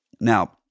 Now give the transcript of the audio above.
Now